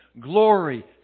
Glory